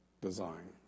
design